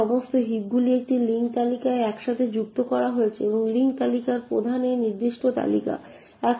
এই সমস্ত হিপগুলি একটি লিঙ্ক তালিকায় একসাথে যুক্ত করা হয়েছে এবং লিঙ্ক তালিকার প্রধান এই নির্দিষ্ট এলাকা